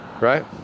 Right